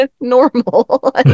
normal